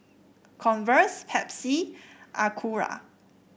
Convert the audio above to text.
Converse Pepsi Acura